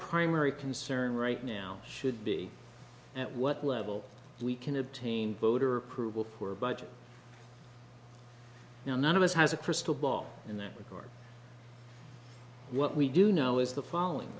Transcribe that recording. primary concern right now should be at what level we can obtain voter approval for a budget now none of us has a crystal ball in that regard what we do know is the following